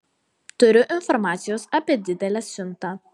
turiu informacijos apie didelę siuntą